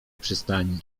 przystani